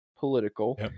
political